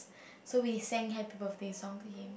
so we sang happy birthday song to him